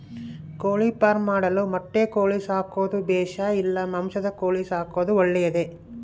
ಕೋಳಿಫಾರ್ಮ್ ಮಾಡಲು ಮೊಟ್ಟೆ ಕೋಳಿ ಸಾಕೋದು ಬೇಷಾ ಇಲ್ಲ ಮಾಂಸದ ಕೋಳಿ ಸಾಕೋದು ಒಳ್ಳೆಯದೇ?